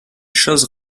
choses